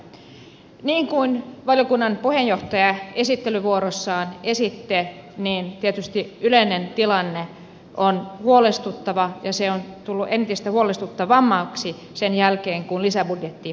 niin kuin valiokunnan puheenjohtaja esittelyvuorossaan esitteli niin tietysti yleinen tilanne on huolestuttava ja se on tullut entistä huolestuttavammaksi sen jälkeen kun lisäbudjetti annettiin